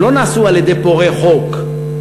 הם לא נעשו על-ידי פורעי חוק,